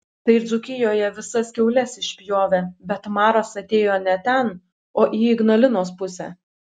tai dzūkijoje visas kiaules išpjovė bet maras atėjo ne ten o į ignalinos pusę